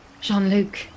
Jean-Luc